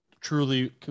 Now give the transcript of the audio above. truly